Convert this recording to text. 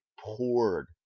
poured